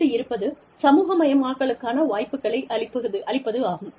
அடுத்து இருப்பது சமூகமயமாக்கலுக்கான வாய்ப்புகளை அளிப்பதாகும்